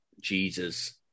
Jesus